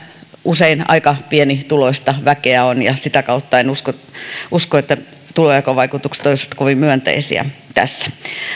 usein aika pienituloista väkeä on ja sitä kautta en usko usko että tulonjakovaikutukset olisivat kovin myönteisiä tässä